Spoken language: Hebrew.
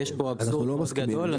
יש פה אבסורד גדול.